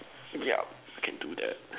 yup can do that